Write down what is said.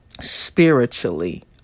spiritually